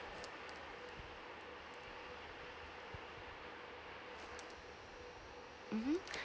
mmhmm